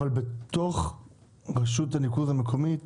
אבל בתוך רשות הניקוז המקומית